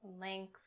length